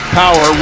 power